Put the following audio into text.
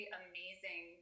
amazing